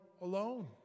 alone